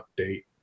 update